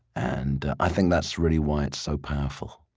and i think that's really why it's so powerful